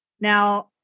Now